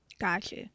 Gotcha